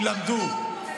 ילמדו,